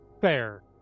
Fair